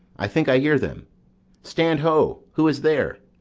i think i hear them stand, ho! who is there?